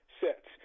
sets